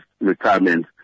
retirement